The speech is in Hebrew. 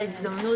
הישיבה נעולה.